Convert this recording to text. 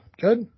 good